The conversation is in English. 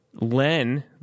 Len